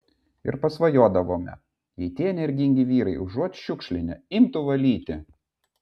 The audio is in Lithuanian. ir pasvajodavome jei tie energingi vyrai užuot šiukšlinę imtų valyti